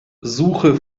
suche